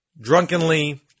drunkenly